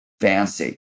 fancy